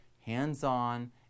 hands-on